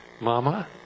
Mama